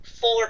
four